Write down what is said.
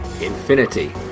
infinity